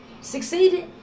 succeeded